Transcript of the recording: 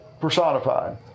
personified